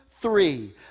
three